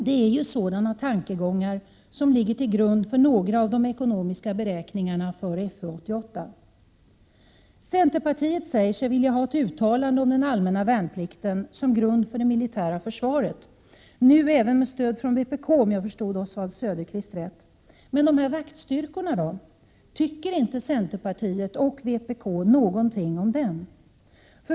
Det är ju sådana tankegångar som ligger till grund för några av de ekonomiska beräkningarna för FU88. Centerpartiet säger sig vilja ha ett uttalande om den allmänna värnplikten 53 som grund för det militära försvaret — nu även med stöd från vpk, om jag förstod Oswald Söderqvist rätt. Men de här vaktstyrkorna då — tycker inte centerpartiet, och vpk, något om dem?